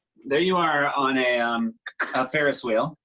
there you are on a um ah ferris wheel.